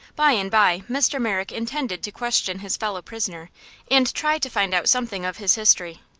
by and by mr. merrick intended to question his fellow prisoner and try to find out something of his history.